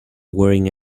wearing